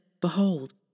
Behold